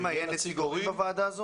בוועדה יהיה נציג הורים?